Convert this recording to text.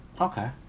okay